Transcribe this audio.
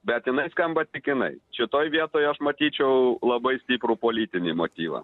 bet jinai skamba tik jinai šitoj vietoj aš matyčiau labai stiprų politinį motyvą